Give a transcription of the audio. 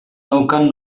daukan